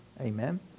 Amen